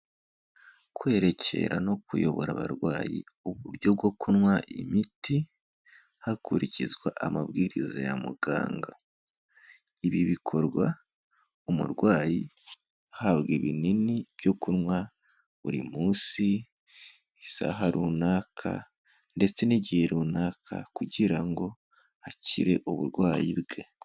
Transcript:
Kwerekera no kuyobora abarwayi uburyo bwo kunywa imiti, hakurikizwa amabwiriza ya muganga. Ibi bikorwa umurwayi ahabwa ibinini byo kunywa buri munsi, isaha runaka ndetse n'igihe runaka kugira ngo akire uburwayi bwe.